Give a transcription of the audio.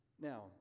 Now